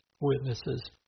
witnesses